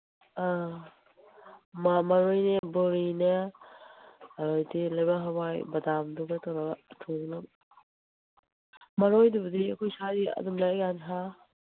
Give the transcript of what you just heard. ꯑ ꯃꯔꯣꯏꯅꯦ ꯕꯣꯔꯤꯅꯦ ꯑꯗꯨꯗꯩꯗꯤ ꯂꯩꯕꯥꯛ ꯍꯋꯥꯏ ꯕꯗꯥꯝꯗꯨꯒ ꯇꯧꯔꯒ ꯊꯣꯡꯅꯕ ꯃꯔꯣꯏꯗꯨꯕꯨꯗꯤ ꯑꯩꯈꯣꯏ ꯁꯥꯏ ꯑꯗꯨꯝ ꯂꯩꯔꯛ ꯌꯥꯅꯤ ꯍꯥ